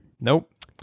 nope